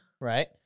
Right